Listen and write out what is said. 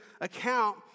account